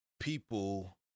people